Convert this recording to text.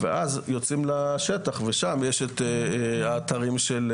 ואז יוצאים לשטח, ושם יש את האתרים של